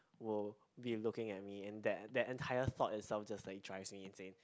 will be looking at me and that that entire thought itself just like drives me insane